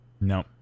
No